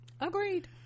agreed